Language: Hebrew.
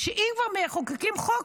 אם כבר מחוקקים חוק,